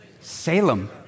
Salem